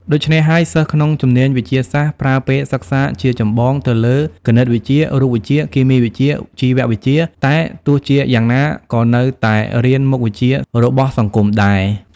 ដូច្នេះហើយសិស្សក្នុងជំនាញវិទ្យាសាស្ត្រប្រើពេលសិក្សាជាចម្បងទៅលើគណិតវិទ្យា រូបវិទ្យា គីមីវិទ្យា ជីវវិទ្យា តែទោះជាយ៉ាងណាក៏នៅតែរៀនមុខវិជា្ជរបស់សង្គមដែរ ។